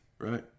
right